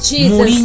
Jesus